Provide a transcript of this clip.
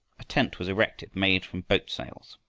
a tent was erected, made from boat sails.